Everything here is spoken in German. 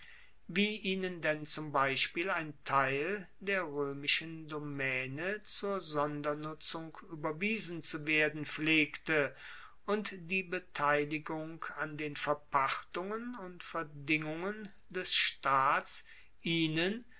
wie ihnen denn zum beispiel ein teil der roemischen domaene zur sondernutzung ueberwiesen zu werden pflegte und die beteiligung an den verpachtungen und verdingungen des staats ihnen